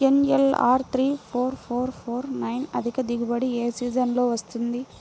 NLR three four four four nine అధిక దిగుబడి ఏ సీజన్లలో వస్తుంది?